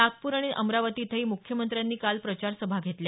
नागप्र आणि अमरावती इथंही म्ख्यमंत्र्यांनी काल प्रचारसभा घेतल्या